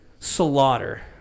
slaughter